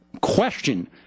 question